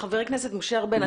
חבר הכנסת ארבל,